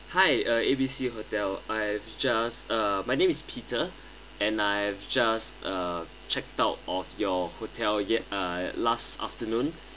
hi uh A_B_C hotel I've just uh my name is peter and I have just uh checked out of your hotel yest~ uh last afternoon